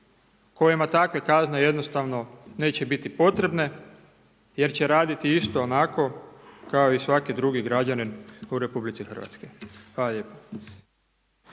kojima takve kazne jednostavno neće biti potrebne jer će raditi isto onako kao i svaki drugi građanin u RH. Hvala lijepa.